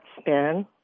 spin